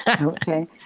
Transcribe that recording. Okay